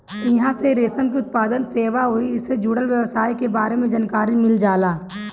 इहां से रेशम के उत्पादन, सेवा अउरी एसे जुड़ल व्यवसाय के बारे में जानकारी मिल जाला